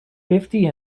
fifty